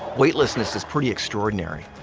weightlessness is pretty extraordinary.